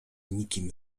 nikim